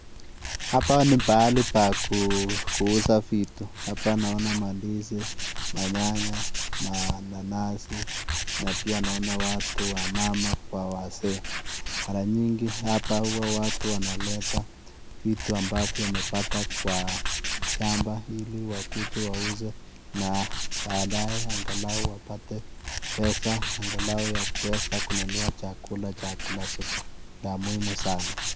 Hapa ni pahali pa kuuza vitu, hapa naona mandizi, manyanya, mananasi na pia naona watu wamama kwa wazee. Mara nyingi hapa huwa watu wanaleta vitu ambavyo amepata kwa shamba ili wakuje wauze na baadae angalau wapate pesa angalau ya kuweza kununua chakula cha kila siku, la muhimu sana.